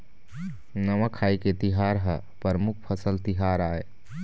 नवाखाई के तिहार ह परमुख फसल तिहार आय